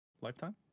lifetime